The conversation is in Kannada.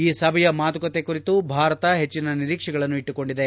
ಈ ಸಭೆಯ ಮಾತುಕತೆ ಕುರಿತು ಭಾರತ ಹೆಚ್ಚಿನ ನಿರೀಕ್ಷೆಗಳನ್ನು ಇಟ್ಲುಕೊಂಡಿದೆ